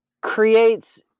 creates